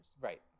Right